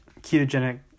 ketogenic